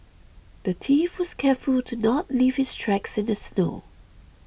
the thief was careful to not leave his tracks in the snow